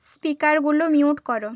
স্পিকারগুলো mute কর